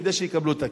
כדי שיקבלו את הכסף.